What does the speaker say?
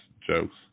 jokes